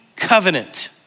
covenant